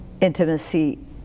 intimacy